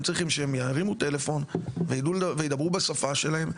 הם צריכים שהם ירימו טלפון וידברו בשפה שלהם,